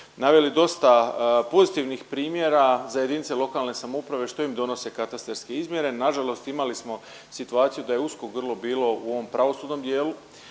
naveli dosta pozitivnih primjera za jedinice lokalne samouprave što im donose katastarske izmjere. Nažalost imali smo situaciju da je usko grlo bilo u ovom pravosudnom dijelu.